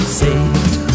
saved